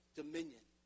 dominion